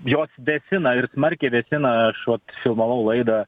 jos vėsina ir smarkiai vėsina vat filmavau laidą